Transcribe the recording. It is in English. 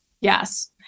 Yes